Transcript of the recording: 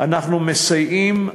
אנחנו מסייעים,